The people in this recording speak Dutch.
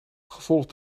gevolgd